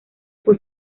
fue